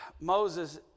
Moses